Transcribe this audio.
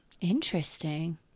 Interesting